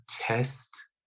test